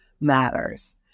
matters